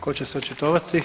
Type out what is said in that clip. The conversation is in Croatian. Ko će se očitovati?